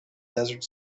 desert